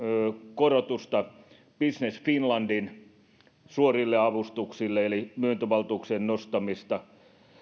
korotusta business finlandin suorille avustuksille eli myöntövaltuuksien nostamista